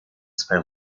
zwei